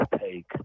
take